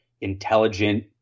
intelligent